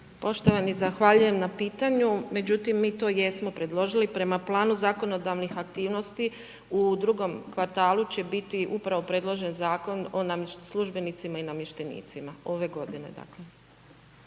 Poštovani, zahvaljujem na pitanju međutim mi to jesmo predložili prema planu zakonodavnih aktivnosti, u drugom kvartalu će biti upravo predložen Zakona o službenicima i namještenicima, ove godine, dakle.